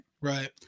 Right